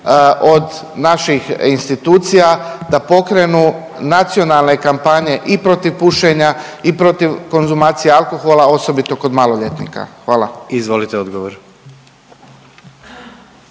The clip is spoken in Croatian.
od naših institucija da pokrenu nacionalne kampanje i protiv pušenja i protiv konzumacije alkohola osobito kod maloljetnika. Hvala. **Jandroković,